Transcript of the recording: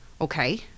Okay